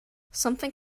something